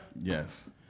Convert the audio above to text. yes